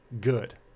good